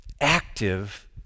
Active